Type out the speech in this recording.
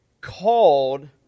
called